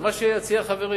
מה שיציע חברי.